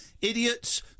idiots